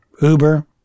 Uber